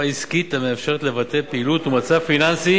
עסקית המאפשרת לבטל פעילות ומצב פיננסי